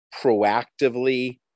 proactively